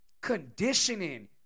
conditioning